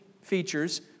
features